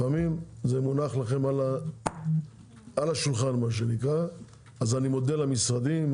אז אני מודה למשרדים.